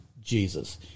Jesus